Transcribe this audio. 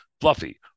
Fluffy